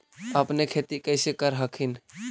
अपने खेती कैसे कर हखिन?